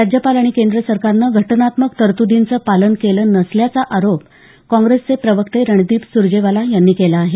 राज्यपाल आणि केंद्र सरकारनं घटनात्मक तरतुदींचं पालन केलं नसल्याचा आरोप काँग्रेसचे प्रवक्ते रणदीप सुरजेवाला यांनी केला आहे